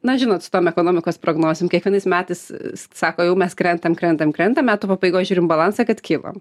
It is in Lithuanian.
na žinot su tom ekonomikos prognozėm kiekvienais metais sako jau mes krentam krentam krentam metų pabaigoj žiūrim balansą kad kylam